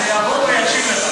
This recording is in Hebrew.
אני אבוא ואקשיב לך.